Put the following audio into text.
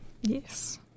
Yes